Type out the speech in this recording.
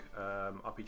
RPG